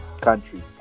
country